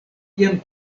jam